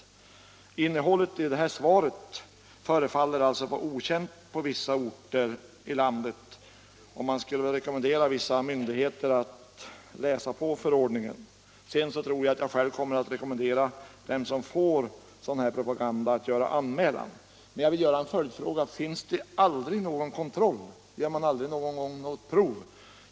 De regler för tjänstebrevsrätten som anges i kommunikationsministerns svar förefaller vara okända på vissa orter i landet, och man skulle vilja rekommendera vissa myndigheter att läsa på förordningen. Själv tror jag att jag kommer att rekommendera dem som får sådan här propaganda att göra anmälan. Men jag vill ställa en följdfråga: Finns det ingen kontroll — gör man aldrig något stickprov?